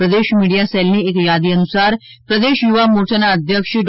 પ્રદેશ media સેલની એક યાદી અનુસાર પ્રદેશ યુવા મોરચાના અધ્યક્ષશ્રી ડો